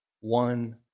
One